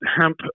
hemp